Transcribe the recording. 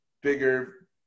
bigger